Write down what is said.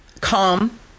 calm